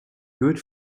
good